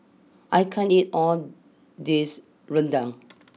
I can't eat all this Rendang